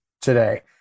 today